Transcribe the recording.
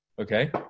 okay